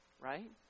right